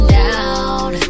down